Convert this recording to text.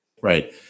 Right